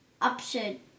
option